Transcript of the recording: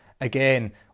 again